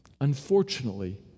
unfortunately